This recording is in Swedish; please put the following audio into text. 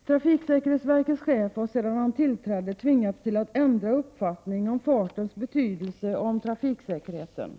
Sedan tillträdandet har trafiksäkerhetsverkets chef tvingats till att ändra uppfattning om fartens betydelse och om trafiksäkerheten.